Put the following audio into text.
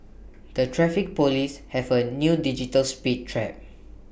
the traffic Police have A new digital speed trap